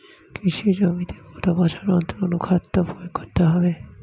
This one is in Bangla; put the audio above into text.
কৃষি জমিতে কত বছর অন্তর অনুখাদ্য প্রয়োগ করতে হবে?